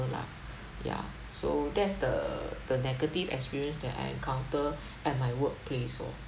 lah ya so that's the the negative experience that I encounter at my workplace lor